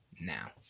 now